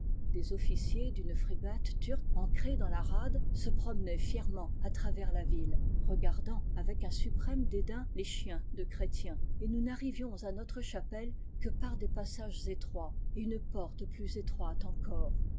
des officiers d'une frégate turque ancrée dans la rade se promenaient fièrement à travers la ville regardant avec un suprême dédain les chieiis de chrétiens et nous n'arrivions à notre chapelle que par des passages étroits et une porte plus étroite encore